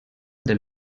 del